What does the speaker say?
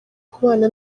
kubana